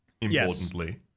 importantly